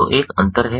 तो एक अंतर है